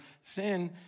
sin